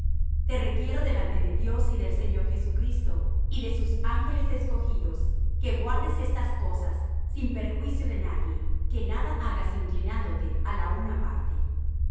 te requiero delante de dios y del señor jesucristo y de sus ángeles escogidos que guardes estas cosas sin perjuicio de nadie que nada hagas inclinándote á la una parte